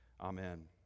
amen